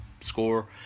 score